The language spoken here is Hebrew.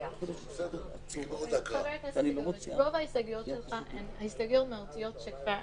להתקיים הנסיבות המצדיקות את ההכרזה על הגבלה חלקית,